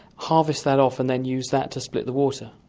harvest that off and then use that to split the water.